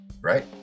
right